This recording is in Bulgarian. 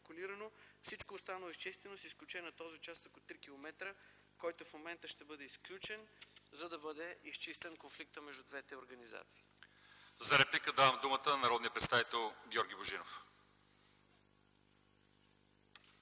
Всичко останало е изчистено, с изключение на този участък от 3 км, който в момента ще бъде изключен, за да бъде изчистен конфликта между двете организации. ПРЕДСЕДАТЕЛ ЛЪЧЕЗАР ИВАНОВ: За реплика давам думата на народния представител Георги Божинов.